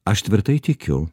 aš tvirtai tikiu